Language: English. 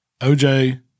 OJ